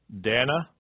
Dana